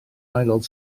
aelod